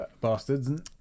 bastards